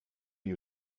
you